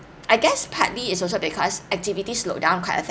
I guess partly it's also because activity slowed down quite a